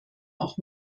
auch